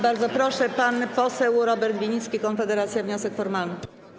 Bardzo proszę, pan poseł Robert Winnicki, Konfederacja, z wnioskiem formalnym.